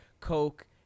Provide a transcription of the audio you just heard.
Coke